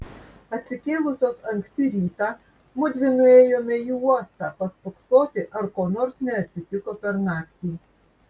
atsikėlusios anksti rytą mudvi nuėjome į uostą paspoksoti ar ko nors neatsitiko per naktį